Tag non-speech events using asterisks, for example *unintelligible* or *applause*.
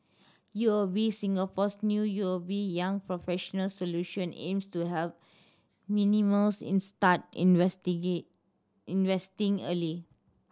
U O B Singapore's new U O B Young Professionals Solution aims to help millennials in start *unintelligible* investing early